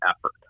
effort